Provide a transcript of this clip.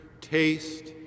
taste